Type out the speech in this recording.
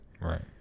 right